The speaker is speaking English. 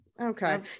okay